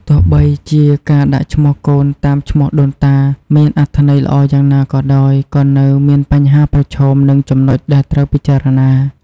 ទោះបីជាការដាក់ឈ្មោះកូនតាមឈ្មោះដូនតាមានអត្ថន័យល្អយ៉ាងណាក៏ដោយ ក៏នៅមានបញ្ហាប្រឈម និងចំណុចដែលត្រូវពិចារណា។